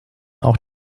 auch